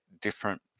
different